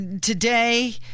Today